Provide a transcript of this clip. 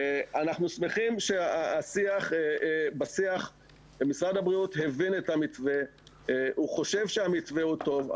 אנחנו שמחים שבשיח משרד הבריאות הבין את המתווה והוא חושב שהמתווה טוב.